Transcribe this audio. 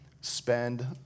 spend